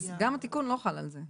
אז גם התיקון לא חל על זה.